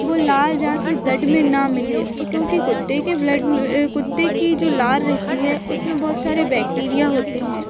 वो लाल जाके ब्लड में ना मिले ओ क्योंकि कुत्ते के ब्लड कुत्ते की जो लार रहती है उसमें बहुत सारे बैक्टीरिया होते हैं